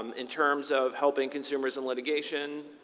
um in terms of helping consumers in litigation,